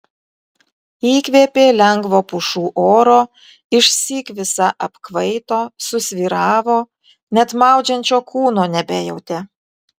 įkvėpė lengvo pušų oro išsyk visa apkvaito susvyravo net maudžiančio kūno nebejautė